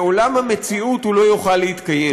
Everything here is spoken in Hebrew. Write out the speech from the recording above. בעולם המציאות הוא לא יוכל להתקיים.